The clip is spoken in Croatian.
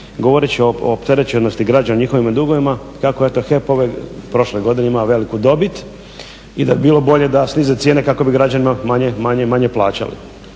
govoreći o opterećenosti građana, njihovim dugovima kako je to HEP prošle godine imao veliku dobit i da bi bilo bolje da snize cijene kako bi građani manje plaćali.